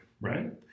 right